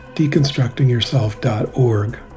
deconstructingyourself.org